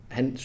Han